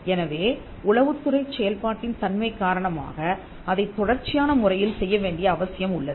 எனவே உளவுத்துறை செயல்பாட்டின் தன்மை காரணமாக அதைத் தொடர்ச்சியான முறையில் செய்ய வேண்டிய அவசியம் உள்ளது